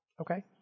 Okay